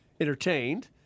entertained